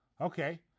Okay